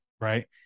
Right